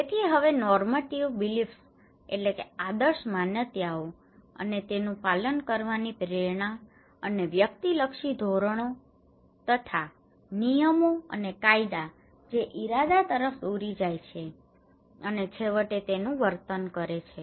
તેથી હવે normative beliefs normative beliefs આદર્શ માન્યતાઓ અને તેનું પાલન કરવાની પ્રેરણા અને વ્યક્તિલક્ષી ધોરણો તથા નિયમો અને કાયદા જે ઇરાદા તરફ દોરી જાય છે અને છેવટે તેનું વર્તન કરે છે